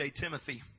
Timothy